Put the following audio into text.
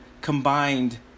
combined